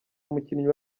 umukinnyi